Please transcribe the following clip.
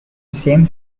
same